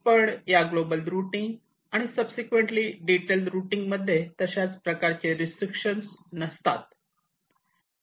पण या global routing आणि सबसिक्वेन्सटली डिटेल रुटींग मध्ये तशा प्रकारचे रिस्टिक्षण नसतात